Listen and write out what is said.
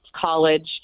college